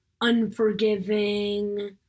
unforgiving